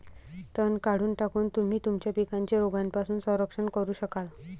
तण काढून टाकून, तुम्ही तुमच्या पिकांचे रोगांपासून संरक्षण करू शकाल